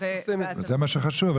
זה מה שחשוב.